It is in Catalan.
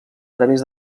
través